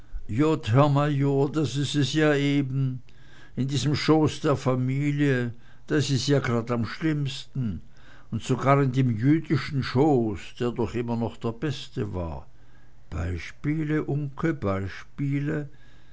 das is es ja eben in diesem schoß der familie da is es ja gerad am schlimmsten und sogar in dem jüdischen schoß der doch immer noch der beste war beispiele uncke beispiele